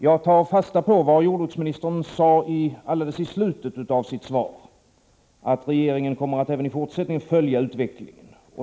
Jag tar fasta på vad jordbruksministern sade alldeles i slutet av sitt svar, att regeringen även i fortsättningen kommer att följa utvecklingen.